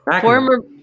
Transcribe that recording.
Former